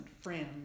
friend